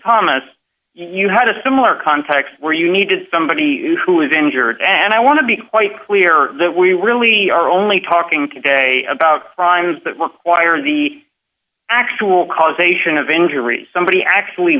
thomas you had a similar context where you needed somebody who is injured and i want to be quite clear that we really are only talking today about crimes that were acquired the actual causation of injury somebody actually